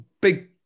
big